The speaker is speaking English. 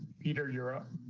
peter europe.